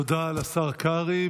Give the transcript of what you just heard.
תודה לשר קרעי.